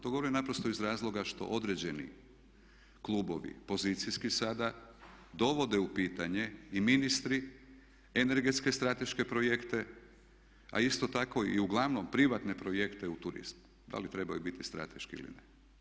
To govorim naprosto iz razloga što određeni klubovi pozicijski sada dovode u pitanje i ministri energetske strateške projekte, a isto tako i uglavnom privatne projekte u turizmu da li trebaju biti strateški ili ne.